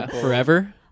Forever